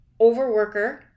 overworker